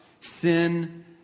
sin